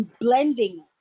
blending